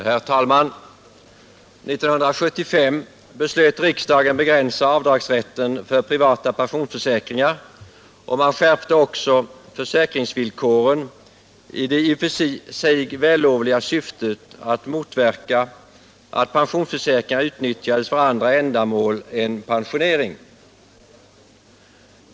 Herr talman! 1975 beslöt riksdagen begränsa avdragsrätten för privata pensionsförsäkringar, och man skärpte också försäkringsvillkoren i det i och för sig vällovliga syftet att motverka att pensionsförsäkringar utnyttjades för andra ändamål än pensionering.